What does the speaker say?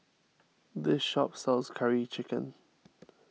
this shop sells Curry Chicken